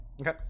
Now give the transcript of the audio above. Okay